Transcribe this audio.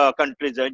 countries